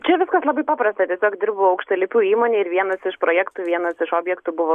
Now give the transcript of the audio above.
čia viskas labai paprasta tiesiog dirbu aukštalipių įmonėj ir vienas iš projektų vienas iš objektų buvo